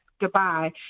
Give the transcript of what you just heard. Goodbye